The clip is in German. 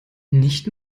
nicht